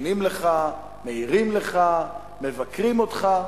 מפגינים לך, מעירים לך, מבקרים אותך,